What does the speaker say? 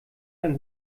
ein